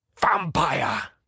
Vampire